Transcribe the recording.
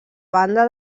banda